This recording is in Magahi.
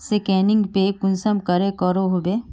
स्कैनिंग पे कुंसम करे करो होबे?